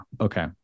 okay